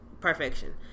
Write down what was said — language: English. Perfection